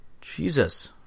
Jesus